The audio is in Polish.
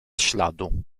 śladu